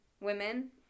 women